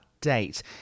date